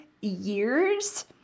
years